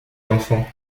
l’enfant